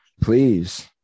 please